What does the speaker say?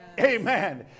Amen